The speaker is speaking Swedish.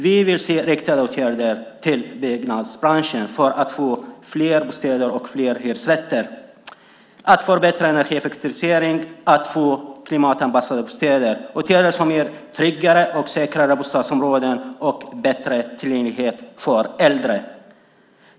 Vi vill se riktade åtgärder till byggbranschen för att få fler bostäder och fler hyresrätter, förbättrad energieffektivisering och klimatanpassade bostäder. Vi vill se åtgärder som ger tryggare och säkrare bostadsområden och bättre tillgänglighet för äldre.